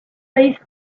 faced